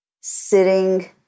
sitting